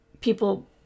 people